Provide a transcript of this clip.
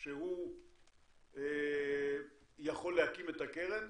שהוא יכול להקים את הקרן,